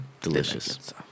delicious